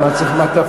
למה צריך מעטפה?